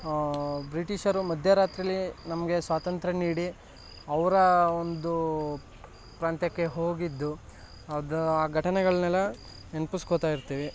ಬ್ರಿಟೀಷರು ಮಧ್ಯರಾತ್ರಿಲಿ ನಮಗೆ ಸ್ವಾತಂತ್ರ್ಯ ನೀಡಿ ಅವರ ಒಂದು ಪ್ರಾಂತ್ಯಕ್ಕೆ ಹೋಗಿದ್ದು ಅದು ಆ ಘಟನೆಗಳನ್ನೆಲ್ಲ ನೆನ್ಪಿಸ್ಕೊಳ್ತಾಯಿರ್ತೀವಿ